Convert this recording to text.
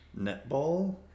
Netball